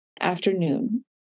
afternoon